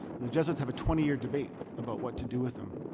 the jesuits have a twenty year debate about what to do with them,